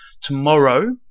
tomorrow